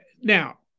now